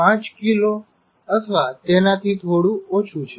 5 kilo અથવા તેનાથી થોડું ઓછું છે